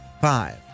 five